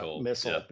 missile